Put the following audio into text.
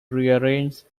rearranged